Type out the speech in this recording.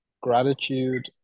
gratitude